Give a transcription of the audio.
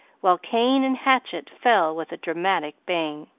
while cane and hatchet fell with a dramatic bang.